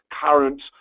current